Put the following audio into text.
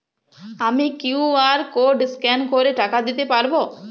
আমি QR code scan করে টাকা দিতে পারবো?